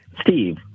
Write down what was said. steve